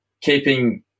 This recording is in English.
keeping